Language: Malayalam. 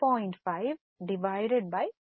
5 ബൈ 2